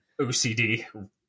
OCD